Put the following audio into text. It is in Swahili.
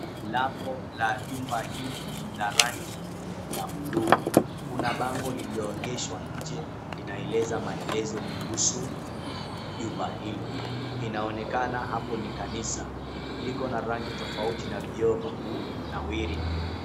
Lango la jumba hii lina rangi ya b𝑢luu, kuna bango liloegeshwa nje linaeleza maelezo kuhusu jumba hilo. Inaonekana hapo ni kanisa liko na rangi tofauti na vioo vya kunawiri.